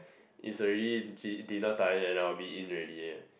is already dinner time and I will be in already